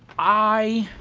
i.